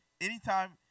Anytime